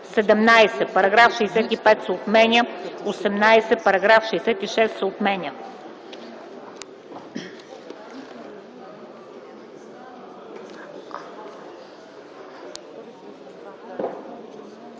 17. Параграф 65 се отменя. 18. Параграф 66 се отменя.”